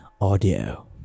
audio